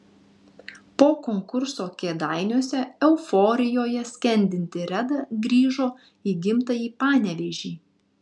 po konkurso kėdainiuose euforijoje skendinti reda grįžo į gimtąjį panevėžį